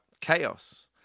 chaos